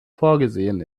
vorgesehen